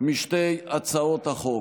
משתי הצעות החוק.